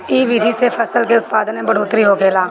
इ विधि से फसल के उत्पादन में बढ़ोतरी होखेला